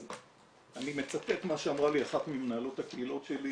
אז אני מצטט מה שאמרה לי אחת ממנהלות הקהילות שלי,